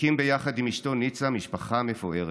הקים ביחד עם אשתו ניצה משפחה מפוארת,